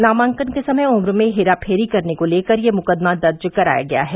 नामांकन के समय उम्र में हेराफेरी करने को लेकर यह मुकदमा दर्ज कराया गया है